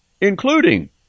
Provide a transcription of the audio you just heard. including